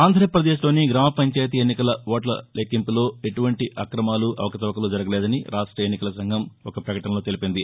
ఆంధ్రాప్రదేశ్లోని గ్రామ పంచాయతీ ఎన్నికల ఓట్ల లెక్కింపులో ఎటువంటి అక్రమాలు అవకతవకలు జరగలేదని రాష్ట్ర ఎన్నికల సంఘం నిన్న ఒక ప్రకటనలో తెలిపింది